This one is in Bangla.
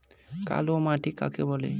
কালোমাটি কাকে বলে?